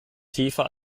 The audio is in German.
tiefer